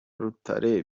rutare